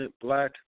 black